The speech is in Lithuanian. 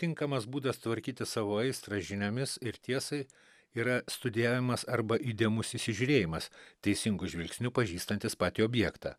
tinkamas būdas tvarkyti savo aistrą žiniomis ir tiesai yra studijavimas arba įdėmus įsižiūrėjimas teisingu žvilgsniu pažįstantis patį objektą